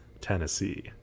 Tennessee